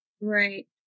Right